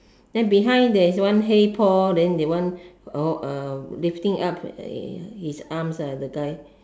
then behind there is one hey Paul then that one oh uh lifting up his arms ah the guy